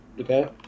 okay